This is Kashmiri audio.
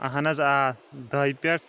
اہن حظ آ دۄیہِ پٮ۪ٹھ